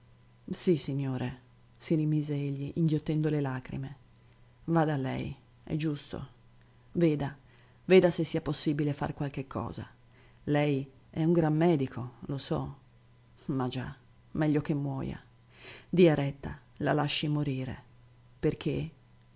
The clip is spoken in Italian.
sì signore si rimise egli inghiottendo le lagrime vada lei è giusto veda veda se sia possibile far qualche cosa lei è un gran medico lo so ma già meglio che muoja dia retta la lasci morire perché